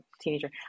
teenager